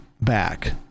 back